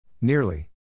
Nearly